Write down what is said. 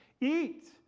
eat